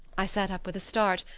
i sat up with a start,